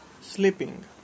sleeping